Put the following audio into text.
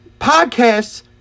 podcasts